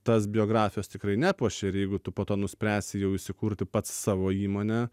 tas biografijos tikrai nepuošia ir jeigu tu po to nuspręsi jau įsikurti pats savo įmonę